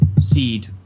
seed